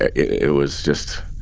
it was just,